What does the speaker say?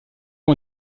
ont